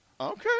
Okay